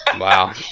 Wow